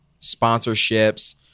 sponsorships